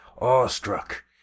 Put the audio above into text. awestruck